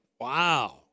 Wow